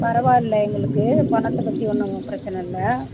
பரவாயில்ல எங்களுக்கு பணத்தை பற்றி ஒன்னும் பிரச்சனை இல்லை